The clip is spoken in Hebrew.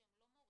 שהם לא מורים,